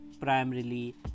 primarily